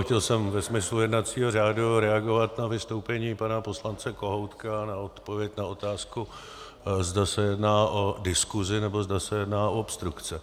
Chtěl jsem ve smyslu jednacího řádu reagovat na vystoupení pana poslance Kohoutka, na odpověď na otázku, zda se jedná o diskuzi, nebo zda se jedná o obstrukce.